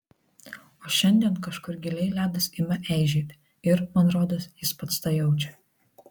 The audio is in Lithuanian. o šiandien kažkur giliai ledas ima eižėti ir man rodos jis pats tą jaučia